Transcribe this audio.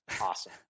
awesome